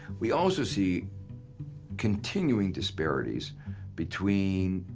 we also see continuing disparities between